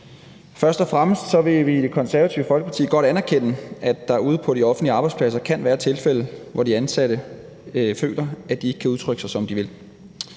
Først og fremmest vil vi i Det Konservative Folkeparti godt anerkende, at der ude på de offentlige arbejdspladser kan være tilfælde, hvor de ansatte føler, at de ikke kan udtrykke sig, som de vil.